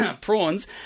prawns